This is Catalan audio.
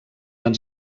van